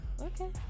okay